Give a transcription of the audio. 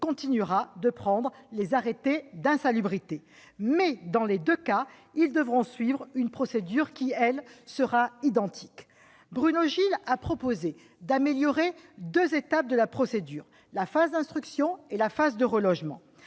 continuera de prendre des arrêtés d'insalubrité. Mais, dans les deux cas, ils devront suivre une procédure qui, elle, sera identique. Bruno Gilles a proposé d'améliorer deux étapes de la procédure : la phase d'instruction et la phase de relogement.